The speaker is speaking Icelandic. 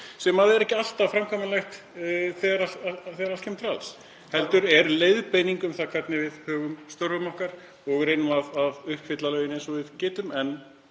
líkt. Það er ekki alltaf framkvæmanlegt þegar allt kemur til alls heldur eru það leiðbeiningar um það hvernig við högum störfum okkar og reynum að uppfylla lögin eins og við getum. En